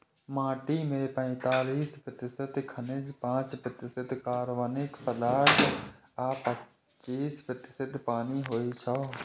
माटि मे पैंतालीस प्रतिशत खनिज, पांच प्रतिशत कार्बनिक पदार्थ आ पच्चीस प्रतिशत पानि होइ छै